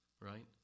right